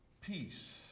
Peace